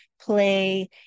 play